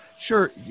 sure